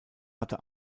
hatte